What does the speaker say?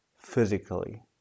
physically